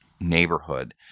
neighborhood